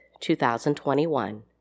2021